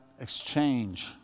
exchange